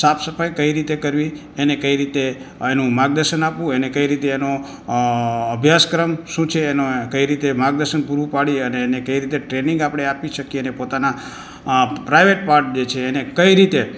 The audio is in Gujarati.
સાફસફાઇ કઈ રીતે કરવી એને કઈ રીતે એનું માર્ગદર્શન આપવું એને કઈ રીતે એનો અં અભ્યાસક્રમ શું છે એનો કઇ રીતે માર્ગદર્શન પૂરૂં પાડી અને કઈ રીતે ટ્રેનિંગ આપણે આપી શકીએ એને પોતાના અ પ્રાઇવેટ પાર્ટ જે છે એને કઈ રીતે